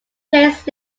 plays